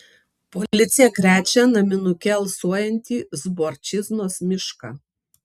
policija krečia naminuke alsuojantį zborčiznos mišką